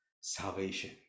salvation